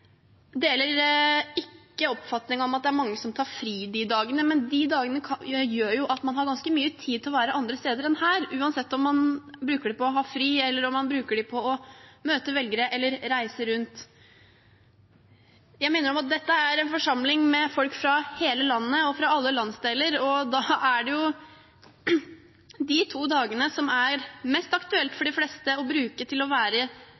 deler ikke oppfatningen av at det er mange som tar fri de dagene, men de dagene gjør at man har ganske mye tid til å være andre steder enn her, uansett om man bruker dagene til å ha fri, møte velgere eller reise rundt. Jeg minner om at dette er en forsamling med folk fra hele landet og fra alle landsdeler, og da er det de to dagene som det er mest aktuelt for de fleste å bruke til å være